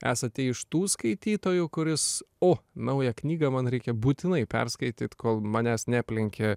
esate iš tų skaitytojų kuris o naują knygą man reikia būtinai perskaityt kol manęs neaplenkė